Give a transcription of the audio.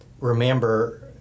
remember